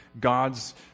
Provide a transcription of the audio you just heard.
God's